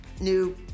new